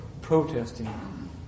protesting